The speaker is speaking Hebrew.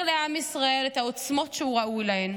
לעם ישראל את העוצמות שהוא ראוי להן.